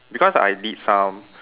because I did some